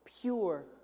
pure